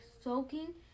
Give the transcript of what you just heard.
soaking